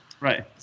Right